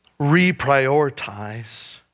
reprioritize